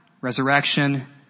resurrection